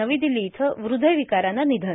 नवी दिल्ली इथं हृदयविकारानं निधन